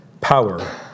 power